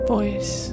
Voice